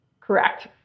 Correct